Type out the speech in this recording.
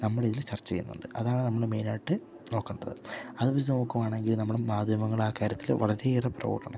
നമ്മൾ ഇതിൽ ചർച്ച ചെയ്യുന്നുണ്ട് അതാണ് നമ്മൾ മെയിനായിട്ട് നോക്കണ്ടത് അത് വച്ച് നോക്കുവാണെങ്കിൽ നമ്മുടെ മാധ്യമങ്ങൾ അക്കാര്യത്തിൽ വളരെ ഏറെ പ്രൗഡാണ് കാരണം